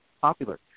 popular